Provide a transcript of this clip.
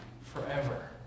forever